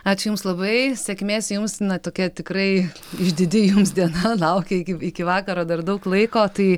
ačiū jums labai sėkmės jums na tokia tikrai išdidi jums diena laukia iki iki vakaro dar daug laiko tai